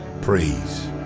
praise